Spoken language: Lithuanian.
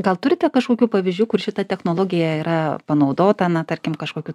gal turite kažkokių pavyzdžių kur šita technologija yra panaudota na tarkim kažkokių